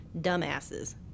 dumbasses